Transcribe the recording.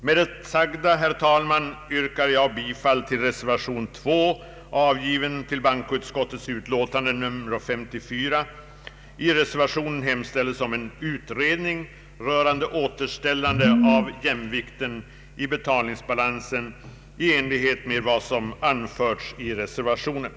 Med det sagda, herr talman, kommer jag att yrka bifall till reservation 2 vid bankoutskottets utlåtande nr 54. I reservationen hemställes om en utredning rörande återställande av jämvikten i betalningsbalansen i enlighet med vad som anförts i reservationen.